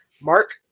Mark